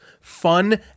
fun